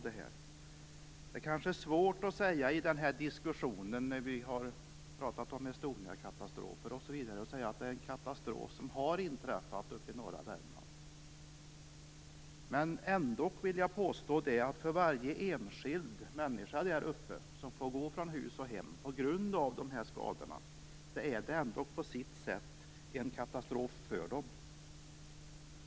Det är kanske när vi har diskuterat Estoniakatastrofen svårt att säga att det är en katastrof som har inträffat uppe i norra Värmland, men jag vill ändock påstå att det för varje enskild människa som får gå från hus och hem på grund av skadorna ändå på sitt sätt är en katastrof.